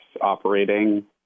operating